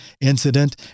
incident